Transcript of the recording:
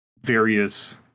various